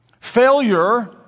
Failure